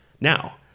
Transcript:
Now